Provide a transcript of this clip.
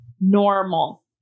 normal